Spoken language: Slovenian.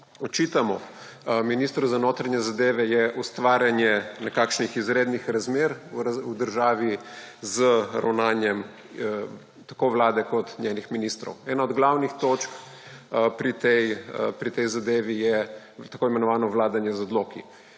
očitamo ministru za notranje zadeve, je ustvarjanje nekakšnih izrednih razmer v državi z ravnanjem tako Vlade kot njenih ministrov. Ena glavnih točk pri tej zadevi je tako imenovane vladanje z odloki.